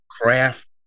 craft